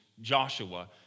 Joshua